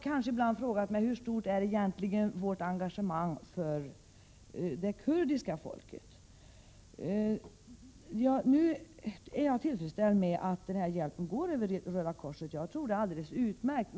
Jag har ibland frågat mig hur stort vårt engagemang egentligen är när det gäller det kurdiska folket. Jag är tillfredsställd med att vår hjälp till Kurdistan går över Röda korset, jagtror att det är alldeles utmärkt.